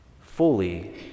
fully